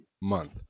month